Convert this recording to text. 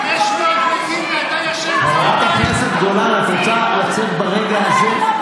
חברת הכנסת גולן, את רוצה לצאת ברגע הזה?